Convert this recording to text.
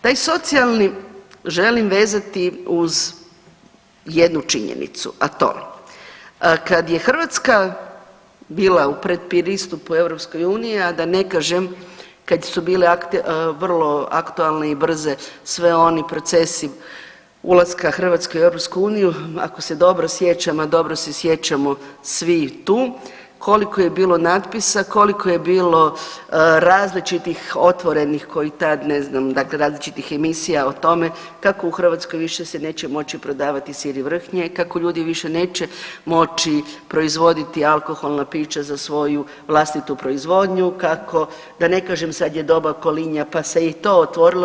Taj socijalni želim vezati uz jednu činjenicu, a to je kad je Hrvatska bila u predpristupu EU a da ne kažem kad su bile vrlo aktualne i brze svi oni procesi ulaska Hrvatske u EU ako se dobro sjećam, a dobro se sjećamo svi tu koliko je bilo natpisa, koliko je bilo različitih otvorenih koji tad, ne znam dakle različitih emisija o tome kako u Hrvatskoj više se neće moći prodavati sir i vrhnje, kako ljudi više neće moći proizvoditi alkoholna pića za svoju vlastitu proizvodnju, kako da ne kažem sad je doba kolinja, pa se je i to otvorilo.